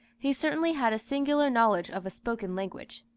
he certainly had a singular knowledge of spoken language.